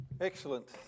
Excellent